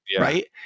Right